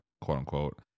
quote-unquote